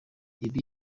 ibi